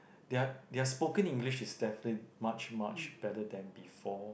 their their spoken English is definitely much much better than before